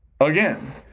Again